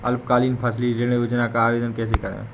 अल्पकालीन फसली ऋण योजना का आवेदन कैसे करें?